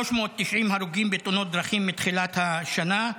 390 הרוגים בתאונות דרכים מתחילת השנה,